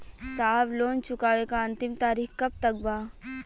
साहब लोन चुकावे क अंतिम तारीख कब तक बा?